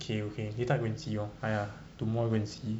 okay okay later I go and see lor !aiya! tomorrow go and see